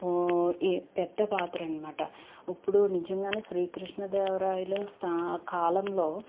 ఏ పెద్ద పాత్రనమాట ఇప్పుడు నిజంగానే శ్రీకృష్ణదేవరాయలు స్థా కాలంలో